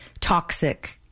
toxic